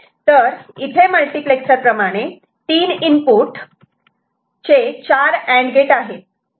तर इथे मल्टिप्लेक्सर प्रमाणे तीन इनपुट चे चार अँड गेट आहेत